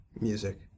Music